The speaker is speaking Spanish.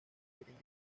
pequeña